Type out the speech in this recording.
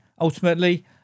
ultimately